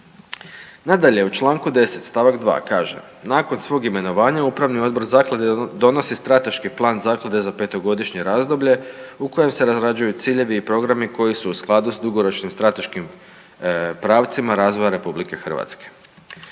Nadalje, u čl. 10. st. 2. kaže nakon svog imenovanja upravni odbor zaklade donosi Strateški plan zaklade za 5-godišnje razdoblje u kojem se razrađuju ciljevi i programi koji su u skladu s dugoročnim strateškim pravcima razvoja RH.